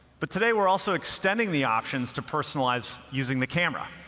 but today, we're also extending the options to personalize using the camera,